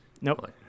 Nope